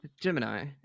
Gemini